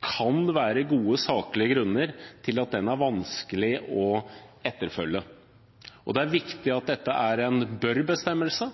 kan være gode, saklige grunner til at 12-ukersfristen er vanskelig å etterfølge. Det er viktig at dette er en bør-bestemmelse,